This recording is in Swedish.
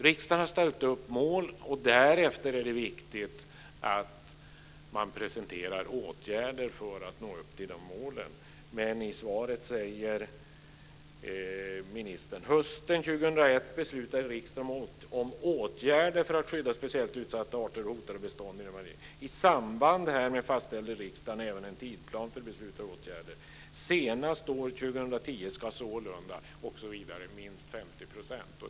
Riksdagen har ställt upp mål, och därefter är det viktigt att man presenterar åtgärder för att nå upp till dessa mål. Men i svaret säger ministern: "Hösten 2001 beslutade riksdagen om åtgärder för att skydda speciellt utsatta arter och hotade bestånd i den marina miljön. I samband härmed fastställde riksdagen även en tidsplan för beslutade åtgärder. Senast år 2010 ska sålunda minst 50 %-" osv.